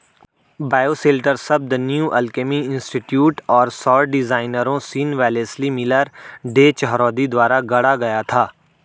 bioshelter शब्द New Alchemy Institute और सौर डिजाइनरों Sean Wellesley Miller, Day Chahroudi द्वारा गढ़ा गया था